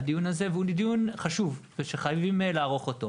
והוא דיון חשוב שחייבים לערוך אותו.